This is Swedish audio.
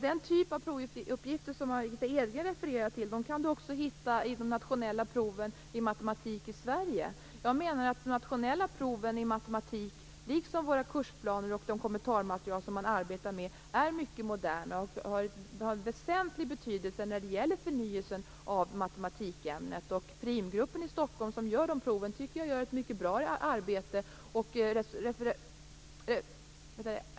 Den typ av provuppgifter som Margitta Edgren refererar till kan man också hitta i de nationella proven i matematik i Sverige. Jag menar att de nationella proven i matematik liksom våra kursplaner och de kommentarmaterial som man arbetar med är mycket moderna och har en väsentlig betydelse när det gäller förnyelsen av matematikämnet. Primgruppen i Stockholm som gör dessa prov tycker jag gör ett mycket bra arbete.